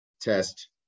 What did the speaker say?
test